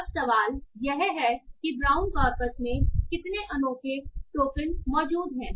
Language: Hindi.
अब सवाल यह है कि ब्राउन कॉर्पस में कितने अनोखे टोकन मौजूद हैं